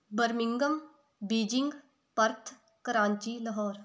Birmingham Beijing Perth Karachi Lahore